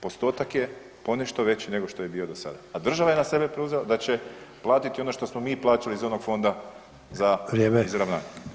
Postotak je ponešto veći nego što je bio do sada, a država je na sebe preuzela da će platiti ono što smo mi plaćali iz onog [[Upadica: Vrijeme]] Fonda za izravnanje.